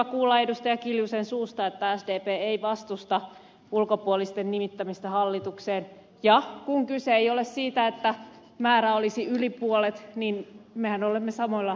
anneli kiljusen suusta että sdp ei vastusta ulkopuolisten nimittämistä hallitukseen ja kun kyse ei ole siitä että määrä olisi yli puolet niin mehän olemme samoilla linjoilla